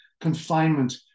confinement